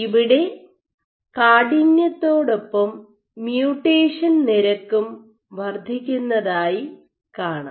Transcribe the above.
ഇവിടെ കാഠിന്യത്തോടൊപ്പം മ്യൂട്ടേഷൻ നിരക്കും വർദ്ധിക്കുന്നതായി കാണാം